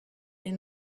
est